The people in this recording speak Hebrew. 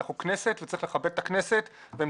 אנחנו כנסת וצריך לכבד את הכנסת והם